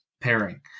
pairing